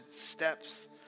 steps